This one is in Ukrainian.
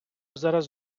зараз